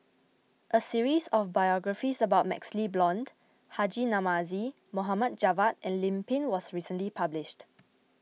a series of biographies about MaxLe Blond Haji Namazie Mohd Javad and Lim Pin was recently published